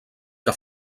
que